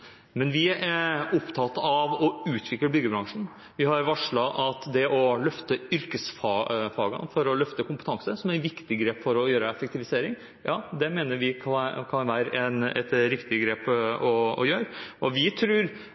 men vi er opptatt av å utvikle byggebransjen. Vi har varslet det å løfte yrkesfagene for å løfte kompetanse som et viktig grep for å effektivisere. Det mener vi kan være et riktig grep å ta. Vi tror at hvis vi